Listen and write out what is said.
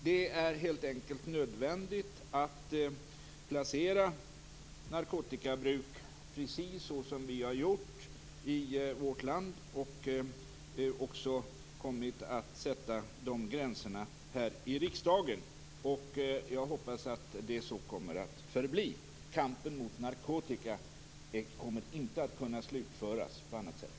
Det är helt enkelt nödvändigt att placera narkotikabruk precis så som vi har gjort i vårt land, och att riksdagen kommit att sätta dessa gränser. Jag hoppas att detta så kommer att förbli. Kampen mot narkotika kommer inte att kunna slutföras på annat sätt.